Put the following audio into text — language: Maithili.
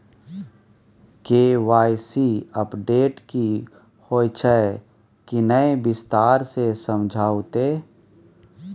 के.वाई.सी अपडेट की होय छै किन्ने विस्तार से समझाऊ ते?